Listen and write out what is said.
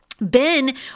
Ben